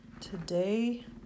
Today